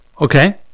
Okay